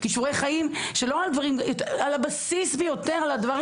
כישורי חיים על הבסיס ביותר על הדברים